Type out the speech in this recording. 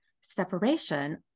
separation